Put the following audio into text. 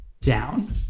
down